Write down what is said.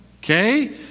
okay